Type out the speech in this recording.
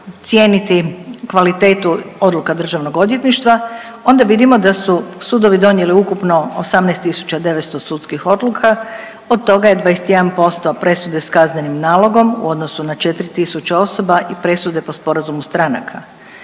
cijeniti kvalitetu odluka Državnog odvjetništva onda vidimo da su sudovi donijeli ukupno 18900 sudskih odluka. Od toga je 21% presude sa kaznenim nalogom u odnosu na 4000 osoba i presude po sporazumu stranaka.